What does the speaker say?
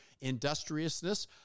Industriousness